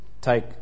take